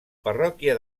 parròquia